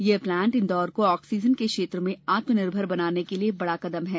यह प्लांट इंदौर को ऑक्सीजन के क्षेत्र में आत्मनिर्भर बनाने के लिए बड़ा कदम है